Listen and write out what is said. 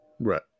Right